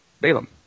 Balaam